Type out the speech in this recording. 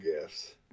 gifts